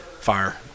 Fire